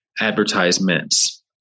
advertisements